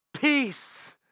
peace